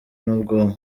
n’ubwoko